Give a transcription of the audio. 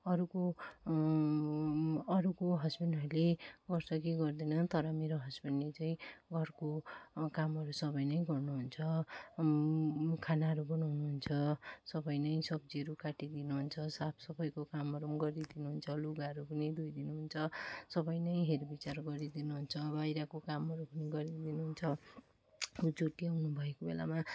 अरूको अरूको हसबेन्डहरूले गर्छ कि गर्दैन तर मेरो हसबेन्डले चाहिँ घरको कामहरू सबै नै गर्नुहुन्छ खानाहरू बनाउनुहुन्छ सबै नै सब्जीहरू काटिदिनु हुन्छ साफसफाइको कामहरू पनि गरिदिनु हुन्छ लुगाहरू पनि धोइदिनु हुन्छ सबै नै हेरविचार गरिदिनु हुन्छ बाहिरको कामहरू पनि गरिदिनु हुन्छ छुट्टी आउनुभएको बेलामा